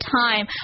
time